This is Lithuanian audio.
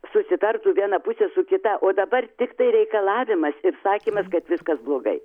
susitartų viena pusė su kita o dabar tiktai reikalavimas ir sakymas kad viskas blogai